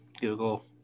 google